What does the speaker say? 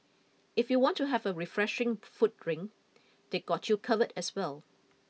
if you want to have a refreshing foot drink they got you covered as well